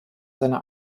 seiner